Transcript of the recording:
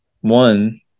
One